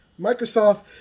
Microsoft